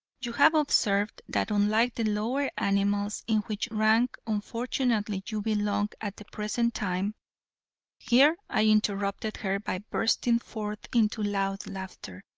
you have observed that unlike the lower animals, in which rank unfortunately you belong at the present time here i interrupted her by bursting forth into loud laughter,